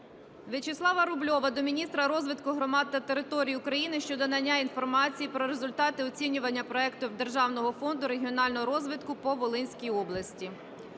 Вячеслава Рубльова до міністра розвитку громад та територій України щодо надання інформації про результати оцінювання проектів державного фонду регіонального розвитку по Волинській області.